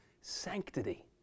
sanctity